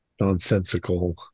nonsensical